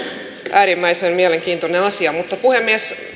äärimmäisen mielenkiintoinen asia mutta puhemies